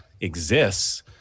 exists